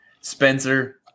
Spencer